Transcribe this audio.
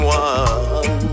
one